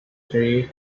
three